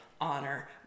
honor